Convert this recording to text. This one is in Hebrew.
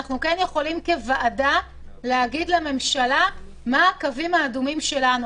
שאנחנו כן יכולים כוועדה להגיד לממשלה מה הקווים האדומים שלנו.